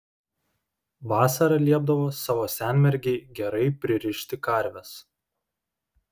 vasarą liepdavo savo senmergei gerai pririšti karves